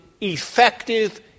effective